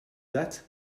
that